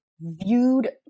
viewed